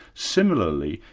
similarly,